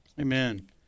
Amen